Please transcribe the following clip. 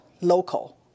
local